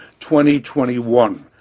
2021